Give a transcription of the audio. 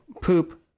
poop